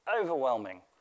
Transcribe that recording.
overwhelming